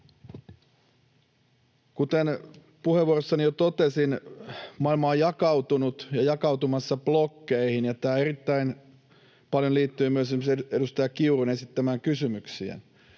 Kuten puheenvuorossani jo totesin, maailma on jakautunut ja jakautumassa blokkeihin, ja tämä erittäin paljon liittyy myös edustaja Kiurun esittämään kysymykseen,